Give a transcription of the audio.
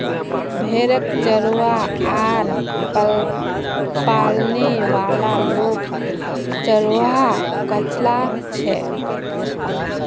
भेड़क चरव्वा आर पालने वाला लोग चरवाहा कचला छेक